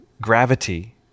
gravity